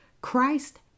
Christ